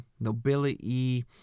nobility